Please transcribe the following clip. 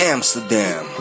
Amsterdam